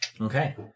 Okay